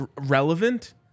relevant